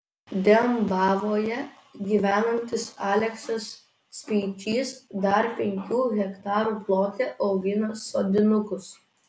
dembavoje gyvenantis aleksas speičys dar penkių hektarų plote augina sodinukus